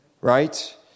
Right